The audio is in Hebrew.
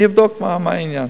אני אבדוק מה העניין.